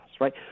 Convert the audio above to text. right